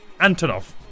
Antonov